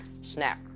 snap